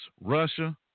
Russia